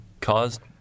caused